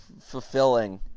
fulfilling